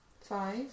five